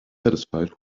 satisfied